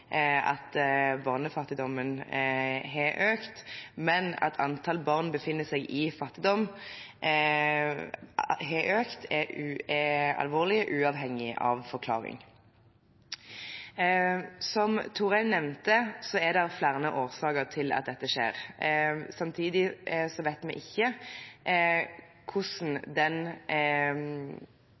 at barnefattigdommen har økt, men at antallet barn som befinner seg i fattigdom, har økt, er alvorlig, uavhengig av forklaring. Som Thorheim nevnte, er det flere årsaker til at dette skjer. Samtidig vet vi ikke hvordan